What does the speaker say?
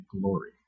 glory